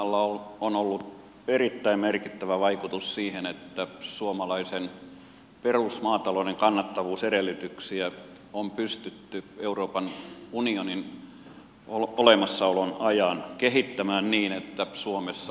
luopumistukijärjestelmällä on ollut erittäin merkittävä vaikutus siihen että suomalaisen perusmaatalouden kannattavuusedellytyksiä on pystytty euroopan unionin olemassaolon ajan kehittämään niin että suomessa elintarvikeklusterin toiminta on varmistettu